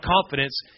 confidence